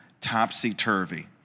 topsy-turvy